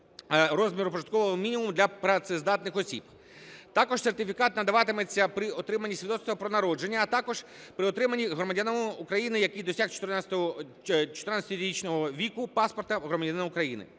розміру прожиткового мінімуму для працездатних осіб. Також сертифікат надаватиметься при отриманні свідоцтва про народження, а також при отриманні громадянином України, який досяг 14-річного віку, паспорта громадянина України.